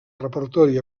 repertori